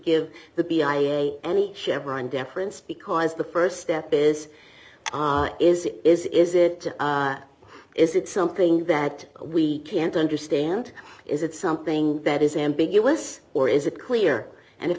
give the b i a any chevron deference because the st step is is it is is it is it something that we can't understand is it something that is ambiguous or is it clear and if